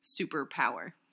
superpower